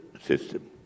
system